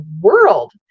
world